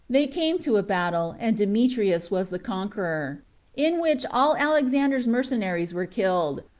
they came to a battle, and demetrius was the conqueror in which all alexander's mercenaries were killed,